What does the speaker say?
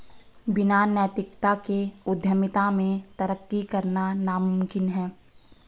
बिना नैतिकता के उद्यमिता में तरक्की करना नामुमकिन है